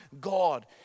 God